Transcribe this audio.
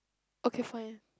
okay fine